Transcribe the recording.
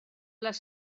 les